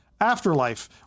afterlife